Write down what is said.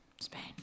Spain